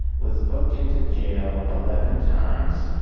was booked into jail eleven times,